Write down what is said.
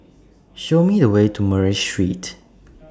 Show Me The Way to Murray Street